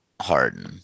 Harden